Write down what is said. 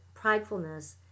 pridefulness